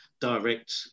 direct